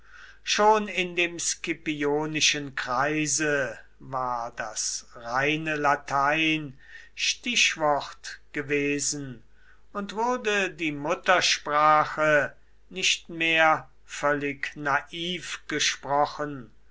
schon in dem scipionischen kreise war das reine latein stichwort gewesen und wurde die muttersprache nicht mehr völlig naiv gesprochen